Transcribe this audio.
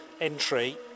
entry